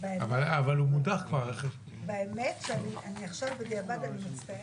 אורית, דיברת עכשיו שבע דקות, הסתכלתי